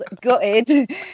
gutted